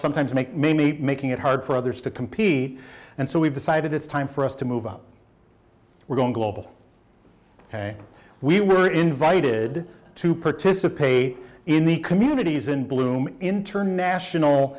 sometimes make me meet making it hard for others to compete and so we've decided it's time for us to move up we're going global ok we were invited to participate in the communities in bloom international